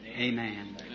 Amen